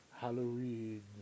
Halloween